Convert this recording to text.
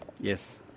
Yes